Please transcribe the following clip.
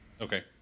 okay